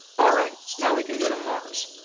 alright, now we can go to mars.